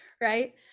Right